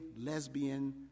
lesbian